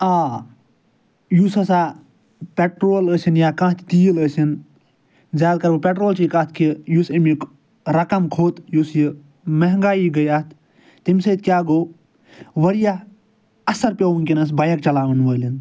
آ یُس ہَسا پیٚٹرول ٲسِن یا کانٛہہ تہِ تیٖل ٲسِن زیاد کَرٕ بہٕ پیٚٹرولچی کتھ کہ یُس اَمیُک رَقَم کھوٚت یُس یہِ مہنٛگایی گٔے اَتھ تَمہِ سۭتۍ کیٛاہ گوٚو واریاہ اَثر پیوٚو وٕنۍکٮ۪نَس بایک چَلاوَن والٮ۪ن